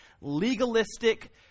legalistic